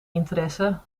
interesse